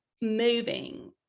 moving